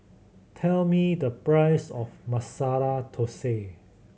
tell me the price of Masala Thosai